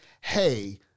Hey